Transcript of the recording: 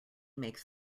makes